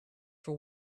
for